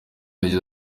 yagize